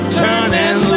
turning